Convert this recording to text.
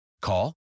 Call